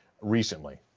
Recently